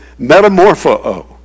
metamorpho